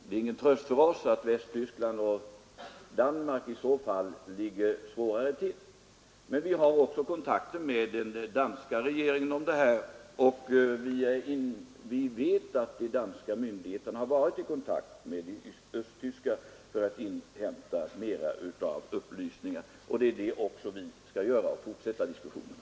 Det är ingen tröst för oss att Västtyskland och Danmark i så fall ligger sämre till. Men vi har också kontakter med den danska regeringen om detta, och vi vet att de danska myndigheterna har varit i kontakt med de östtyska för att inhämta mera upplysningar. Det är det vi också skall göra — och fortsätta diskussionerna.